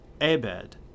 Abed